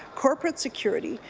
corporate security,